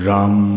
Ram